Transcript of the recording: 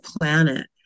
planet